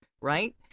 right